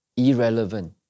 Irrelevant